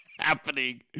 happening